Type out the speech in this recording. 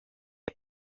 get